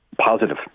positive